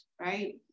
right